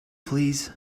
please